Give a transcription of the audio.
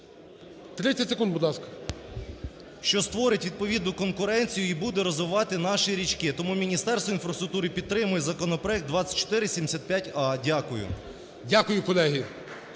30 секунд, будь ласка. ЛАВРЕНЮК Ю.Ф. Що створить відповідну конкуренцію і буде розвивати наші річки. Тому Міністерство інфраструктури підтримує законопроект 2475а. Дякую. ГОЛОВУЮЧИЙ.